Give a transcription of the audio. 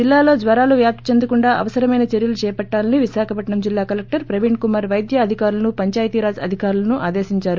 జిల్లాలో జ్వరాలు వ్యాప్తి చెందకుండా అవసరమైన చర్యలు చేపట్టాలని విశాఖపట్సం జిల్లా కలెక్టర్ ప్రవీణ్కుమార్ వైద్య అధికారులను పంచాయితీరాజ్ అధికారులను ఆదేశించారు